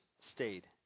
stayed